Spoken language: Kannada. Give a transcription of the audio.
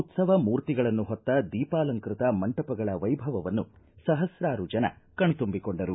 ಉತ್ತವ ಮೂರ್ತಿಗಳನ್ನು ಹೊತ್ತ ದೀಪಾಲಂಕೃತ ಮಂಟಪಗಳು ವ್ಯಭವವನ್ನು ಸಹಸ್ರಾರು ಜನ ಕಣ್ತಂಬಿಕೊಂಡರು